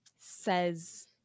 says